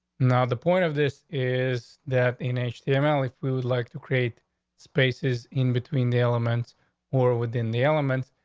now, the point of this is that in the email, if we would like to create spaces in between the elements or within the element,